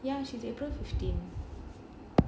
ya she's april fifteen